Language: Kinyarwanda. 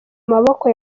maboko